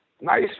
nice